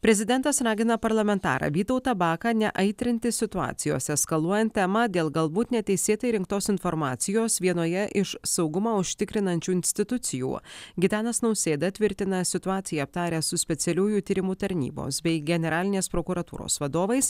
prezidentas ragina parlamentarą vytautą baką neaitrinti situacijos eskaluojant temą dėl galbūt neteisėtai rinktos informacijos vienoje iš saugumą užtikrinančių institucijų gitanas nausėda tvirtina situaciją aptaręs su specialiųjų tyrimų tarnybos bei generalinės prokuratūros vadovais